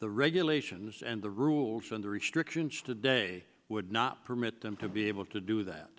the regulations and the rules and the restrictions today would not permit them to be able to do that